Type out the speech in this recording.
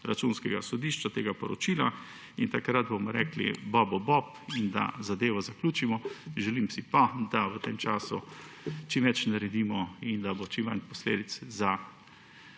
Računskega sodišča. Takrat bomo rekli bobu bob in da zadevo zaključimo. Želim si pa, da v tem času čim več naredimo in da bo čim manj posledic za